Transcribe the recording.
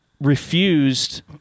refused